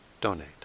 donate